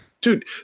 Dude